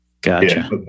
gotcha